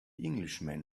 englishman